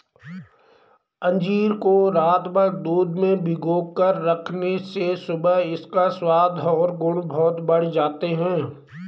अंजीर को रातभर दूध में भिगोकर रखने से सुबह इसका स्वाद और गुण बहुत बढ़ जाते हैं